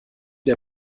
der